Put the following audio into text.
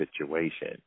situation